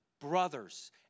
brothers